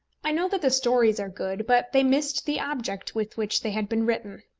i know that the stories are good, but they missed the object with which they had been written.